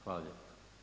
Hvala lijepa.